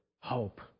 hope